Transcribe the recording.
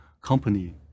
company